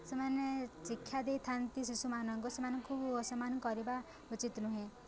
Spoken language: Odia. ସେମାନେ ଶିକ୍ଷା ଦେଇଥାନ୍ତି ଶିଶୁମାନଙ୍କୁ ସେମାନଙ୍କୁ ଅସମ୍ମାନ କରିବା ଉଚିତ୍ ନୁହେଁ